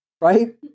right